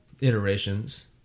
iterations